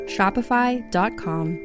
Shopify.com